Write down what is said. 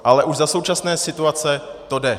Ale už za současné situace to jde.